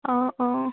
অঁ অঁ